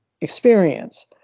experience